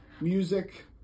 music